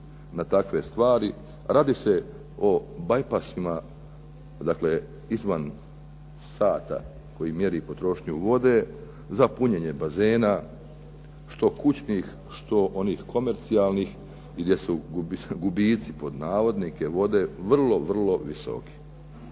na te stvari. Radi se o bypass izvan sata koji mjeri potrošnju vode za punjenje bazena što kućnih što onih komercijalnih gdje su "gubici" vode vrlo, vrlo visoki.